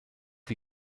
wie